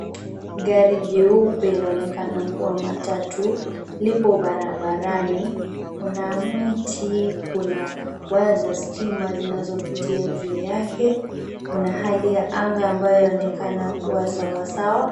Gari jeupe laonekana kuwa matatu, lipo barabarani, kuna miti kuna wire za stima zinazopitia juu yake. Kuna hali ya anga ambayo yaonekana kuwa sawasawa.